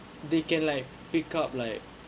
they can like pick up like